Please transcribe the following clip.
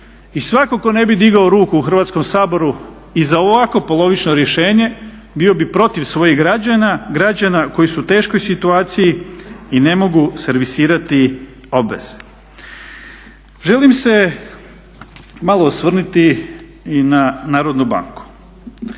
i svatko tko ne bi digao ruku u Hrvatskom saboru i za ovakvo polovično rješenje bio bi protiv svojih građana, građana koji su u teškoj situaciji i ne mogu servisirati obveze. Želim se malo osvrnuti i na Narodnu banku.